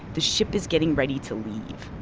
the ship is getting ready to leave.